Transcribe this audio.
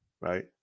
right